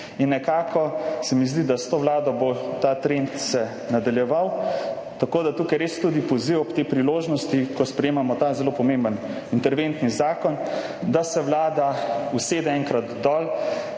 In nekako se mi zdi, da se bo s to vlado ta trend nadaljeval. Tako da tukaj res tudi poziv ob tej priložnosti, ko sprejemamo ta zelo pomemben interventni zakon, da se vlada enkrat usede